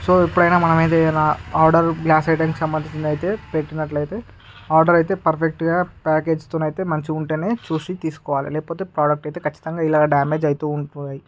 so ఎపుడైనా మనం ఏదైనా ఆర్డరు గ్లాసు ఐటమ్స్కి సంబంధించినది అయితే పెట్టినట్లు అయితే ఆర్డర్ అయితే పర్ఫెక్టుగా ప్యాకేజీతోని అయితే మంచిగుంటేనే చూసి తీసుకోవాలి లేకపోతే ప్రొడక్టు అయితే ఖచ్చితంగా ఇలా డెమెజ్ అయితే ఉంటుంది